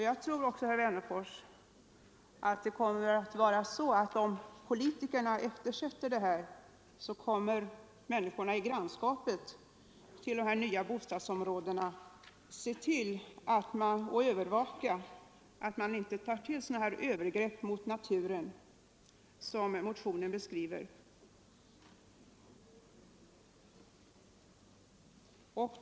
Jag tror också att om politikerna eftersätter kraven på den här punkten, kommer människorna i grannskapet till de nya bostadsområdena att övervaka att man inte gör sådana övergrepp mot naturen som beskrivs i motionen.